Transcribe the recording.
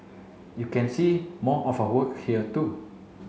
you can see more of her work here too